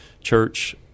church